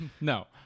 No